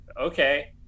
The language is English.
Okay